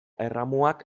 erramuak